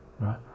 right